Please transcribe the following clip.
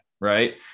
right